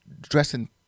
dressing